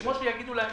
זה כמו שיאמרו להן,